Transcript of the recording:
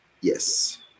Yes